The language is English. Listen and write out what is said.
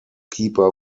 keeper